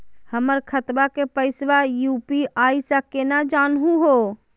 हमर खतवा के पैसवा यू.पी.आई स केना जानहु हो?